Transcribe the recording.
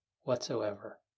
whatsoever